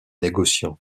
négociant